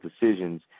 decisions